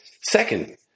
Second